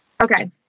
Okay